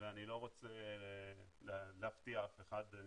ואני לא רוצה להפתיע אף אחד.